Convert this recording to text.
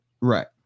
Right